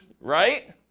right